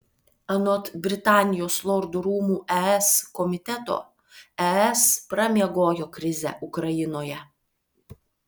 anot britanijos lordų rūmų es komiteto es pramiegojo krizę ukrainoje